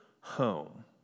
home